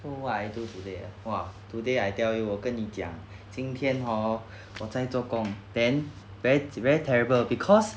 oo what I do today ah !wah! today I tell you 我跟你讲今天 hor 我在做工 then ver~ very terrible because